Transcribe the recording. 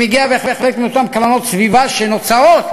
זה מגיע בהחלט מאותן קרנות סביבה שנוצרות